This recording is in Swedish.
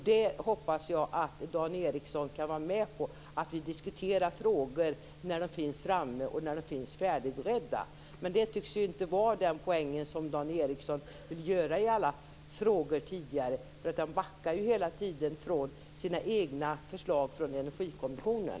Jag hoppas att Dan Ericsson kan vara med på att vi diskuterar frågor när de är färdigberedda. Det tycks inte vara den poäng som Dan Ericsson vill göra. Dan Ericsson backar hela tiden från sina egna förslag från energikommissionen.